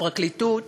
הפרקליטות